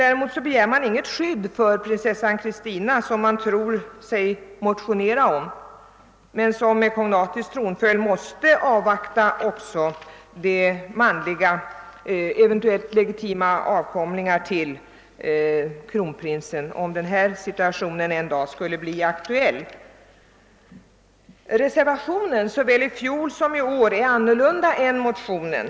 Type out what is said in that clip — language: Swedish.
Däremot begär man inget skydd för prinsessan Christina, som man tror sig motionera om men som med kognatisk tronföljd måste avvakta också eventuellt legitima manliga arvingar till kronprinsen, om den situationen vi talar om en dag skulle bli aktuell. Reservationen var i fjol och är även i år annorlunda än motionen.